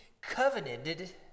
covenanted